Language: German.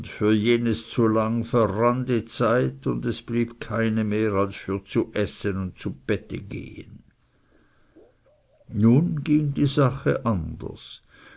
für jenes zu lang verrann die zeit und es blieb keine mehr als für zu essen und zu bette zu gehen nun ging die sache anders